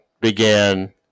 began